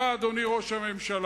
אתה, אדוני ראש הממשלה,